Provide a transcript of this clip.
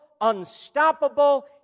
unstoppable